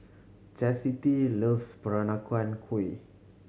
chasity loves Peranakan Kueh